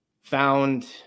found